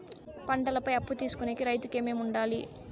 పంటల పై అప్పు తీసుకొనేకి రైతుకు ఏమేమి వుండాలి?